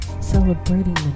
Celebrating